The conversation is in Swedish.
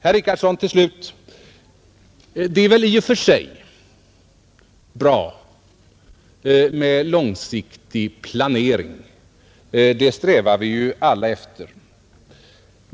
Till sist, herr Richardson, är det väl i och för sig bra med långsiktig planering. Det strävar vi alla efter.